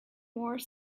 more